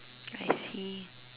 I see